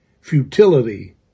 futility